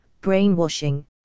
brainwashing